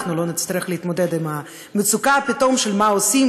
אנחנו לא נצטרך להתמודד פתאום עם המצוקה של מה עושים,